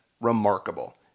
remarkable